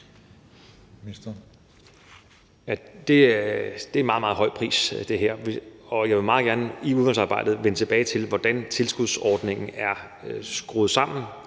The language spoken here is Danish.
meget, meget høj pris, og jeg vil meget gerne i udvalgsarbejdet vende tilbage til, hvordan tilskudsordningen er skruet sammen.